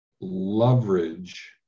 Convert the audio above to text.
leverage